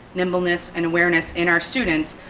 nimbleness and awareness in our students,